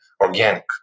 organic